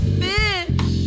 fish